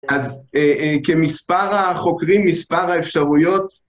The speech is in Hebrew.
אז כמספר החוקרים, מספר האפשרויות,